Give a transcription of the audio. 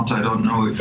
i don't know,